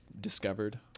discovered